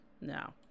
no